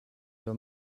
your